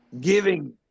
giving